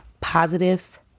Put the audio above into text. Positive